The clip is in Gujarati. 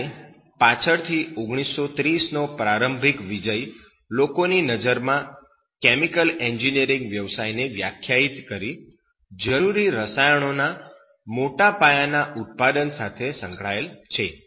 જ્યારે પાછળથી 1930 નો પ્રારંભિક વિજય લોકોની નજરમાં કેમિકલ એન્જિનિયરીંગ વ્યવસાયને વ્યાખ્યાયિત કરી જરૂરી રસાયણોના મોટા પાયાના ઉત્પાદન સાથે સંકળાયેલ છે